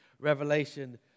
Revelation